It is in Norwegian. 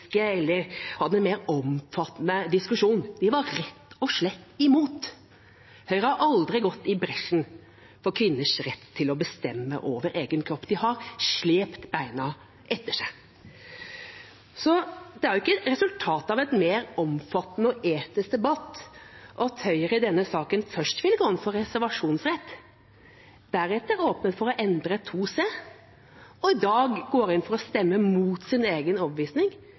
etiske eller hadde mer omfattende diskusjon. De var rett og slett imot. Høyre har aldri gått i bresjen for kvinners rett til å bestemme over egen kropp, de har slept beina etter seg. Det er ikke resultatet av en mer omfattende og etisk debatt at Høyre i denne saken først vil gå inn for reservasjonsrett, deretter åpner for å endre § 2 c og i dag går inn for å stemme mot sin egen